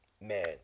man